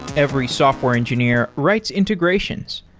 every software engineer rights integration.